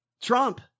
Trump